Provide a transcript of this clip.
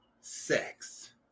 sex